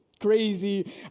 crazy